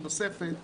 מהמפלגות